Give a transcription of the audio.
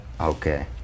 Okay